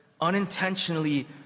unintentionally